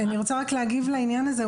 אני רוצה רק להגיב לעניין הזה.